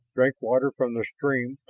drink water from the stream,